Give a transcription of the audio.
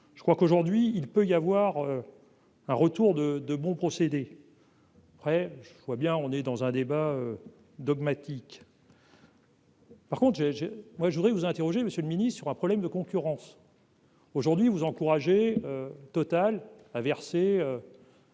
je crois qu'aujourd'hui, il peut y avoir un retour de de bons procédés. Après, je vois bien, on est dans un débat dogmatique. Par contre j'ai j'ai moi, je voudrais vous interroger Monsieur le Ministre, sur un problème de concurrence. Aujourd'hui, vous encouragez Total a versé.